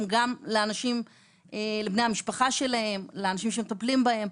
אלא גם לאנשים שמטפלים בהם.